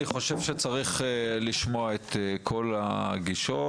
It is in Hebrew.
אני חושב שצריך לשמוע את כל הגישות,